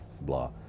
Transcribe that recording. blah